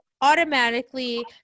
automatically